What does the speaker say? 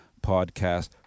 podcast